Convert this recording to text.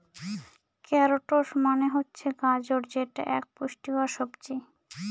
carrots মানে হচ্ছে গাজর যেটা এক পুষ্টিকর সবজি